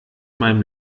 meinem